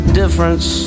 difference